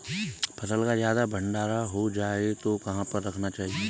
फसल का ज्यादा भंडारण हो जाए तो कहाँ पर रखना चाहिए?